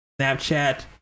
Snapchat